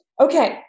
Okay